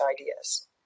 ideas